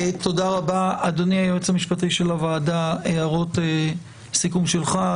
אדוני היועץ המשפטי של הוועדה, הערות סיכום שלך.